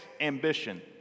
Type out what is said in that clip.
ambition